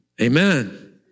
Amen